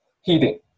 heating